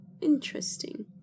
Interesting